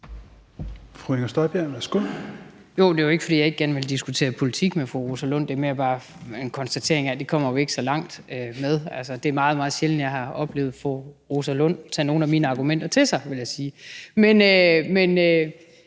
Det var ikke, fordi jeg ikke gerne ville diskutere politik med fru Rosa Lund. Det var mere en konstatering af, at det kommer vi ikke så langt med. Det er meget, meget sjældent, at jeg har oplevet fru Rosa Lund tage nogle af mine argumenter til sig, vil jeg sige. Men